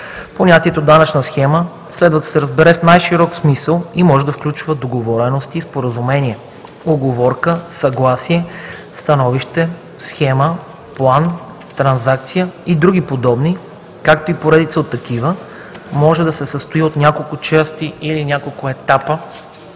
Понятието „данъчна схема“ следва да се разбира в най-широк смисъл и може да включва договореност, споразумение, уговорка, съгласие, становище, схема, план, трансакция и други подобни, както и поредица от такива, може да се състои от няколко части или няколко етапа